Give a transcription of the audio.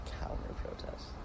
Counter-protests